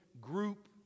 group